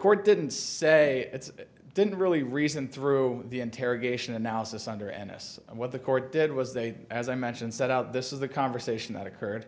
court didn't say it didn't really reason through the interrogation analysis under anise and what the court did was they as i mentioned set out this is the conversation that occurred